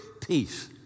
peace